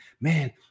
man